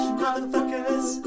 motherfuckers